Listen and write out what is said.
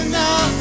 now